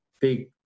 big